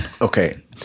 okay